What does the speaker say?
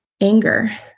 anger